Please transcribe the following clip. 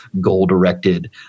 goal-directed